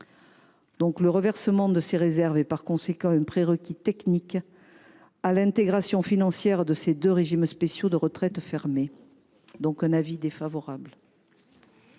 année. Le reversement des réserves constitue par conséquent un prérequis technique à l’intégration financière de ces deux régimes spéciaux de retraite fermés : avis défavorable.